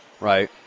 right